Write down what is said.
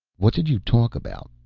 what did you talk about?